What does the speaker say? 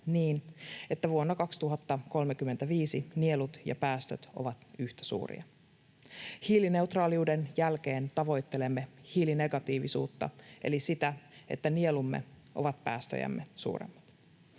niin, että vuonna 2035 nielut ja päästöt ovat yhtä suuria. Hiilineutraaliuden jälkeen tavoittelemme hiilinegatiivisuutta eli sitä, että nielumme ovat päästöjämme suuremmat.